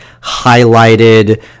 highlighted